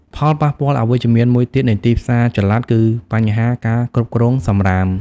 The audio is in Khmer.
ផលប៉ះពាល់អវិជ្ជមានមួយទៀតនៃទីផ្សារចល័តគឺបញ្ហាការគ្រប់គ្រងសំរាម។